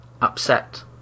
upset